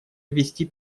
вести